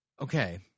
Okay